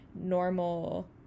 normal